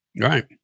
Right